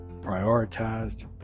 prioritized